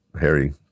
Harry